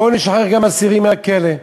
בוא נשחרר גם אסירים מהכלא.